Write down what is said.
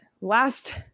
Last